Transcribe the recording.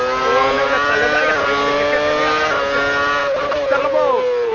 ꯑꯣ ꯅꯪꯅ ꯇꯜꯂꯒ ꯑꯩ ꯍꯥꯟꯅ ꯏꯜꯂꯒꯦ ꯁꯦ ꯁꯦ ꯅꯌꯥꯗꯣ ꯀꯥꯊꯣꯛꯑꯣꯁꯦ ꯆꯪꯉꯕꯣ